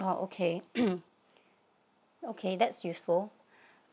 oh okay okay that's useful